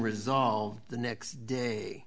resolve the next day